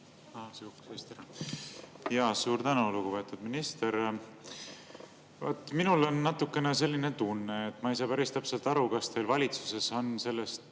palun! Suur tänu! Lugupeetud minister! Minul on natuke selline tunne, et ma ei saa päris täpselt aru, kas teil valitsuses on nende